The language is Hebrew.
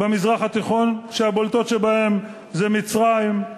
במזרח התיכון, שהבולטות שבהן הן מצרים,